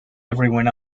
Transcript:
everyone